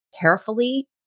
carefully